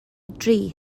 dri